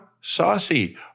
saucy